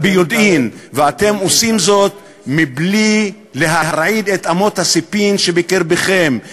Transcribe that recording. ואתם עושים זאת מבלי להרעיד את אמות הספים שבקרבכם.